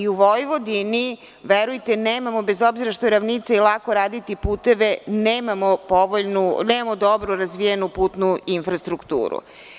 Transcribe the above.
U Vojvodini, verujte, nemamo, bez obzira što je ravnica i lako je raditi puteve, nemamo dobro razvijenu putnu infrastrukturu.